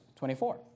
24